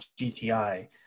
GTI